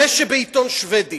זה שבעיתון שבדי